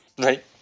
Right